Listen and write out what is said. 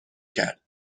کرد